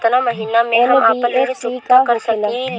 NBFC का होंखे ला?